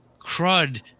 crud